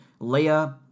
Leia